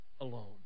alone